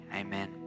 Amen